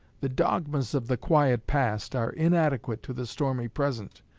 the dogmas of the quiet past are inadequate to the stormy present.